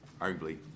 arguably